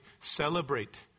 celebrate